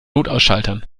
notausschaltern